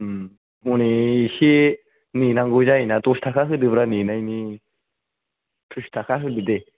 हनै एसे नेनांगौ जायो ना दस थाखा होदोब्रा नेनायनि थ्रिस थाखा होदो दे